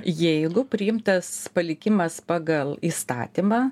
jeigu priimtas palikimas pagal įstatymą